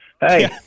Hey